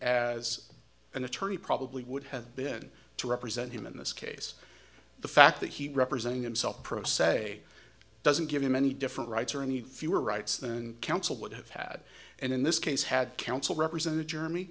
as an attorney probably would have been to represent him in this case the fact that he's representing himself pro se doesn't give him any different rights or any fewer rights than counsel would have had and in this case had coun